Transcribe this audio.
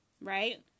right